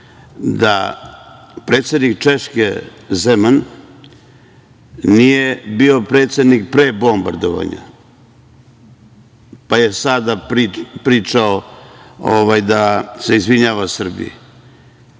da predsednik Češke Zeman nije bio predsednik pre bombardovanja, pa je sada pričao da se izvinjava Srbiji.